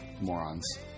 morons